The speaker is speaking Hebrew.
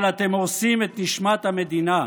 אבל אתם הורסים את נשמת המדינה,